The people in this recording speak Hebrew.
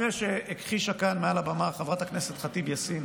אחרי שהכחישה כאן מעל הבמה חברת הכנסת ח'טיב יאסין